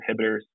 inhibitors